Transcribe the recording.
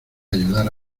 ayudar